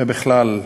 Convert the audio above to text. ובכלל,